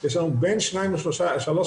של רווקים ונשואים,